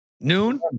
noon